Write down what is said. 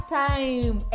time